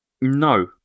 No